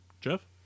Jeff